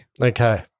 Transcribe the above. Okay